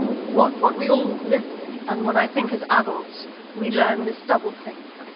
what what we all live with. and what i think as adults we learn this doublethink.